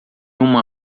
uma